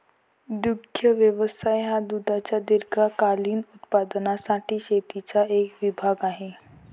दुग्ध व्यवसाय हा दुधाच्या दीर्घकालीन उत्पादनासाठी शेतीचा एक विभाग आहे